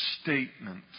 statement